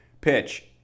pitch